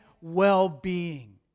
well-being